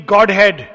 Godhead